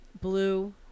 Blue